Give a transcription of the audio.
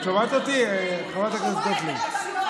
את שומעת אותי, חברת הכנסת גוטליב?